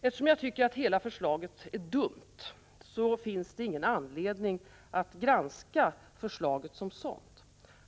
Eftersom jag tycker att hela förslaget är dumt, finns det ingen anledning att granska förslaget som sådant.